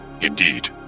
Indeed